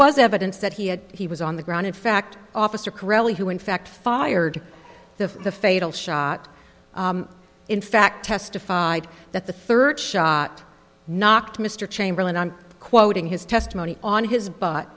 was evidence that he had he was on the ground in fact officer crowley who in fact fired the fatal shot in fact testified that the third shot knocked mr chamberlain i'm quoting his testimony on his butt